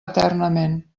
eternament